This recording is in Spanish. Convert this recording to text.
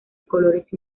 colores